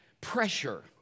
pressure